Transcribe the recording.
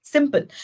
Simple